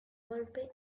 golpe